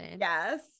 Yes